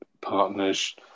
partners